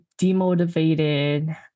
demotivated